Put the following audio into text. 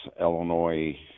Illinois